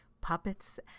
puppets